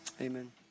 Amen